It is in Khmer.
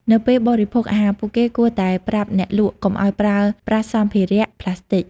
នៅពេលបរិភោគអាហារ ពួកគេគួរតែប្រាប់អ្នកលក់កុំឱ្យប្រើប្រាស់សម្ភារៈប្លាស្ទិក។